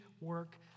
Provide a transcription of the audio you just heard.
work